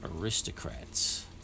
Aristocrats